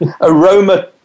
aroma